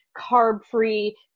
carb-free